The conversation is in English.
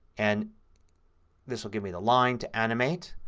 and this will give me the line to animate.